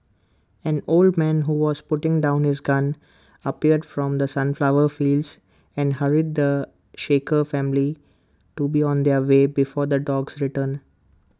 an old man who was putting down his gun appeared from the sunflower fields and hurried the shaken family to be on their way before the dogs return